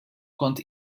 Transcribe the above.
kont